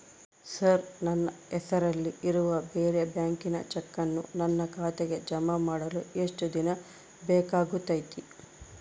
Sir ನನ್ನ ಹೆಸರಲ್ಲಿ ಇರುವ ಬೇರೆ ಬ್ಯಾಂಕಿನ ಚೆಕ್ಕನ್ನು ನನ್ನ ಖಾತೆಗೆ ಜಮಾ ಮಾಡಲು ಎಷ್ಟು ದಿನ ಬೇಕಾಗುತೈತಿ?